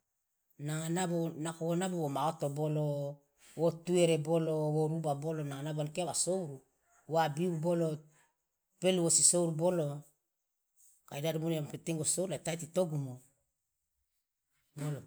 nanga nabo nako wo nabo woma oto bolo wo tuere bolo wo ruba bolo nanga nabo ankia wa souru wa biu bolo pel wosi souru bolo kai dadi ingodumu yang penting wo souru la itaiti itogumu boloto.